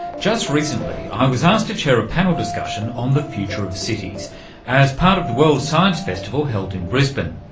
just recently i was asked to chair a panel discussion on the future of cities as part of the world science festival held in brisbane.